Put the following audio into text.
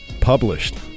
published